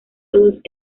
todos